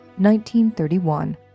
1931